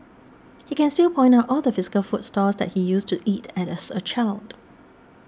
he can still point out all the physical food stalls that he used to eat at as a child